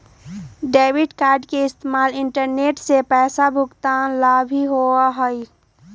debit card के इस्तेमाल internet से पैसा भुगतान ला भी होबा हई